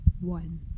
one